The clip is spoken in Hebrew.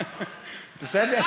בסדר?